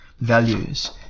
values